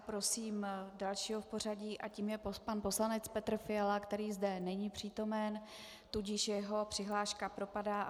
Prosím dalšího v pořadí a tím je pan poslanec Petr Fiala který zde není přítomen, tudíž jeho přihláška propadá.